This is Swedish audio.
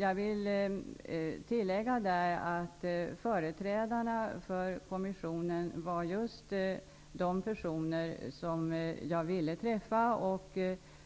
Jag vill tillägga att företrädarna för Kommissionen var just de personer som jag ville träffa och